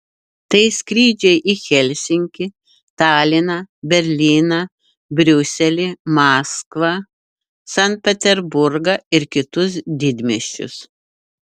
tai skrydžiai į helsinkį taliną berlyną briuselį maskvą sankt peterburgą ir kitus didmiesčius